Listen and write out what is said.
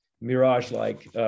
mirage-like